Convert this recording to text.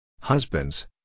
Husbands